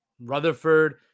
Rutherford